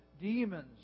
demons